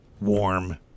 warm